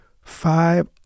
five